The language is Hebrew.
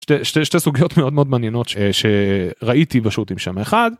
שתי סוגיות מאוד מאוד מעניינות שראיתי פשוט עם שם אחד.